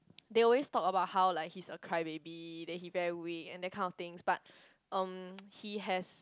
they always talk about how like he's a crybaby then he very weak and that kind of things but um he has